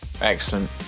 excellent